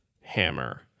hammer